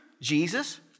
Jesus